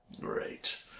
Great